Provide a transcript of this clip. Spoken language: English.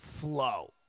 flow